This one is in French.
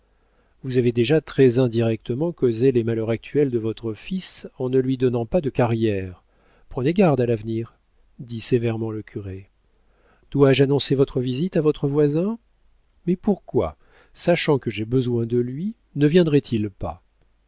vous avez déjà très indirectement causé les malheurs actuels de votre fils en ne lui donnant pas de carrière prenez garde à l'avenir dit sévèrement le curé dois-je annoncer votre visite à votre voisin mais pourquoi sachant que j'ai besoin de lui ne viendrait-il pas